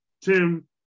Tim